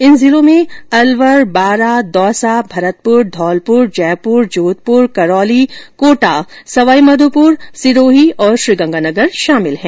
इन जिलों में अलवर बारां दौसा भरतपुर धौलपुर जयपुर जोधपुर करौली कोटा सवाईमाधोपुर सिरोही और श्रीगंगानगर शामिल है